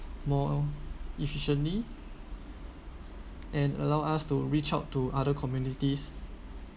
more efficiently and allow us to reach out to other communities